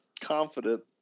confident